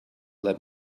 let